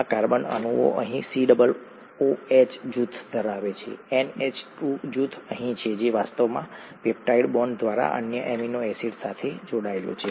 આ કાર્બન અણુ અહીં COOH જૂથ ધરાવે છે NH2 જૂથ અહીં છે જે વાસ્તવમાં પેપ્ટાઈડ બોન્ડ દ્વારા અન્ય એમિનો એસિડ સાથે જોડાયેલું છે